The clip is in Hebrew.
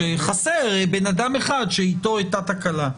שחסר בן אדם שאיתו הייתה תקלה.